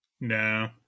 No